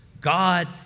God